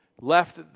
left